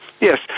Yes